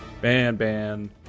Ban-Ban